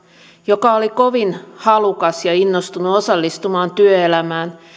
joka oli kovin halukas ja innostunut osallistumaan työelämään